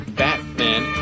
batman